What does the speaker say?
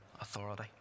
authority